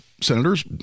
senators